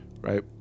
Right